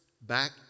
back